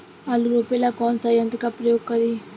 आलू रोपे ला कौन सा यंत्र का प्रयोग करी?